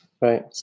Right